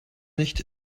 nicht